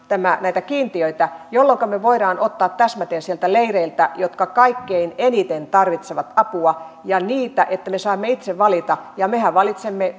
näitä kiintiöitä jolloinka me voimme ottaa täsmäten sieltä leireiltä niitä jotka kaikkein eniten tarvitsevat apua eli jolloinka me saamme itse valita ja mehän valitsemme